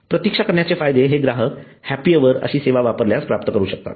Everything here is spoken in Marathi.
प्रतीक्षा करण्याचे फायदे हे ग्राहक हैप्पी अवर अशी सेवा वापरल्यास प्राप्त करू शकतात